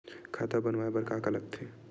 खाता बनवाय बर का का लगथे?